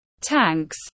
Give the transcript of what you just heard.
tanks